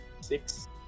six